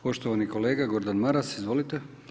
Poštovani kolega Gordan Maras, izvolite.